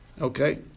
Okay